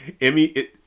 Emmy